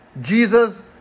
Jesus